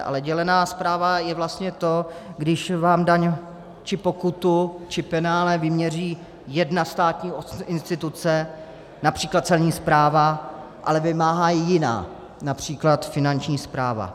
Ale dělená správa je vlastně to, když vám daň či pokutu či penále vyměří jedna státní instituce, například Celní správa, ale vymáhá ji jiná, například Finanční správa.